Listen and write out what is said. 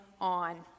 on